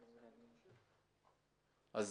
מה